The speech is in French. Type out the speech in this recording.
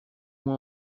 moi